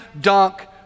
dunk